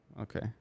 Okay